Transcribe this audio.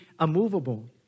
immovable